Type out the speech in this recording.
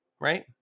right